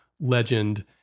legend